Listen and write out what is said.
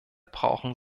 brauchen